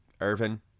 Irvin